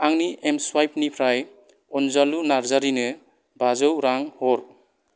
आंनि एमस्वुइफनिफ्राय अनजालु नार्जारिनो बाजौ रां हर